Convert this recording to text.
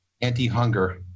anti-hunger